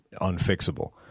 unfixable